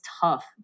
tough